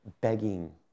begging